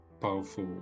powerful